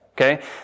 Okay